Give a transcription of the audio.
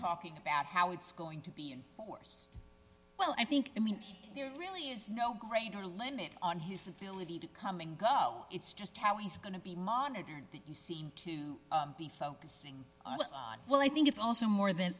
talking about how it's going to be in force well i think i mean there really is no greater limit on his ability to come and go it's just how he's going to be monitored that you seem to be focusing on well i think it's also more than